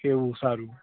એવું સારું